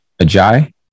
Ajay